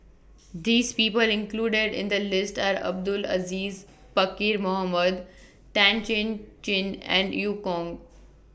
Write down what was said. This People included in The list Are Abdul Aziz Pakkeer Mohamed Tan Chin Chin and EU Kong